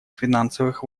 финансовых